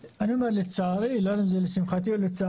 אני אומר שלצערי אני לא יודע אם זה לשמחתי או לצערי,